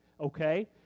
Okay